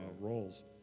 roles